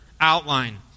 outline